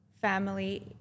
family